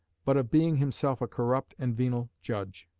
but of being himself a corrupt and venal judge.